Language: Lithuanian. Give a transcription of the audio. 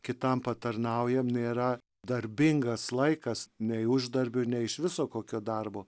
kitam patarnaujam nėra darbingas laikas nei uždarbiui ne iš viso kokio darbo